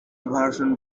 version